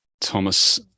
Thomas